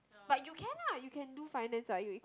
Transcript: but you can ah you can do finance what you